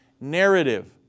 narrative